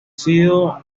sido